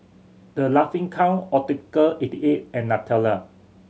The Laughing Cow Optical eighty eight and Nutella